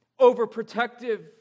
overprotective